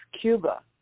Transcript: Cuba